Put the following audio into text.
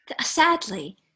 Sadly